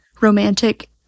romantic